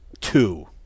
two